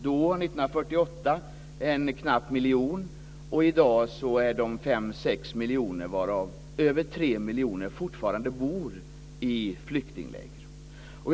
1948 var det en knapp miljon, och i dag är de fem eller sex miljoner, varav över tre miljoner fortfarande bor i flyktingläger.